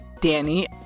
Danny